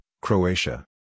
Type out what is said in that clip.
Croatia